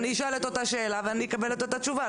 אני אשאל אותו השאלה ואקבל את אותה התשובה.